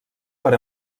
per